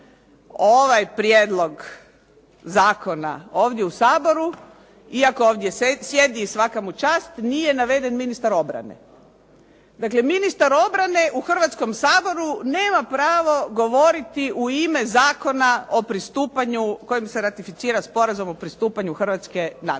ovaj prijedlog zakona ovdje u Saboru, iako ovdje sjedi i svaka mu čast, nije naveden ministar obrane. Dakle, ministar obrane u Hrvatskom saboru nema pravo govoriti u ime zakona o pristupanju kojim se ratificira sporazum o pristupanju Hrvatske NATO-u.